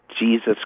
jesus